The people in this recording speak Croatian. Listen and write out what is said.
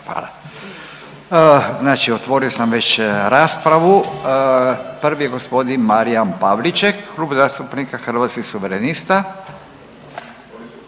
Hvala. Znači otvorio sam već raspravu, prvi je g. Marijan Pavliček, Klub zastupnika Hrvatskih suverenista,